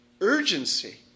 urgency